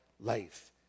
life